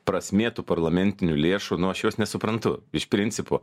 prasmė tų parlamentinių lėšų nu aš jos nesuprantu iš principo